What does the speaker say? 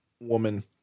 Woman